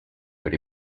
per